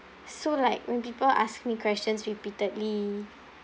so like when people ask me questions repeatedly